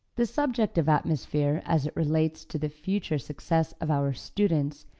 the subject of atmosphere as it relates to the future success of our students,